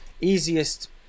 easiest